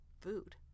food